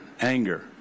anger